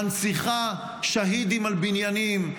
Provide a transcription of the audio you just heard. מנציחה שהידים על בניינים.